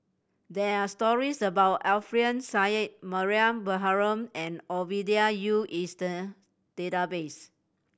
there are stories about Alfian Sa'at Mariam Baharom and Ovidia Yu database